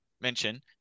mention